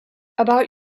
about